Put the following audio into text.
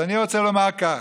אז אני רוצה לומר כך,